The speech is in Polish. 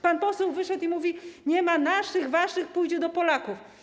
Pan poseł wyszedł i mówi: Nie ma naszych, waszych, pójdzie do Polaków.